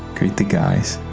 greet the guys,